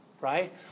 right